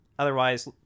Otherwise